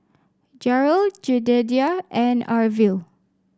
Gerald Jedidiah and Arvil